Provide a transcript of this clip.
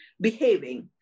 behaving